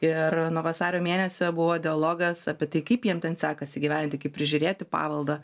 ir nuo vasario mėnesio buvo dialogas apie tai kaip jiem ten sekasi gyventi kaip prižiūrėti paveldą